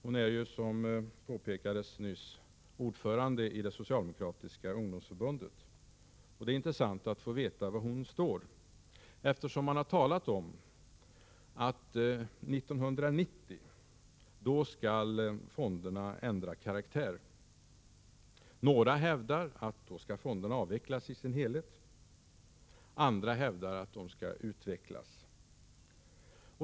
Hon är, som tidigare påpekades, ordförande i det socialdemokratiska ungdomsförbundet. Det är intressant att få veta var hon står. Man har talat om att fonderna 1990 skall ändra karaktär. Några hävdar att fonderna då skall avvecklas i sin helhet. Andra hävdar att de skall utvecklas.